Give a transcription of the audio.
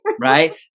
right